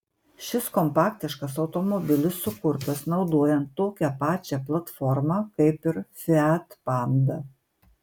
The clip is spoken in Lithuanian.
šis kompaktiškas automobilis sukurtas naudojant tokią pačią platformą kaip ir fiat panda